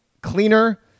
cleaner